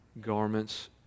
garments